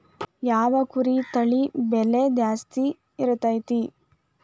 ಯಾವ ಕುರಿ ತಳಿ ಬೆಲೆ ಜಾಸ್ತಿ ಇರತೈತ್ರಿ?